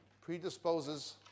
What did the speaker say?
predisposes